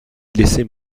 laissait